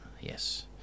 yes